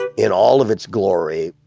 and in all of its glory,